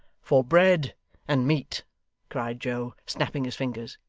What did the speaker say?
for bread and meat cried joe, snapping his fingers.